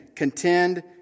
Contend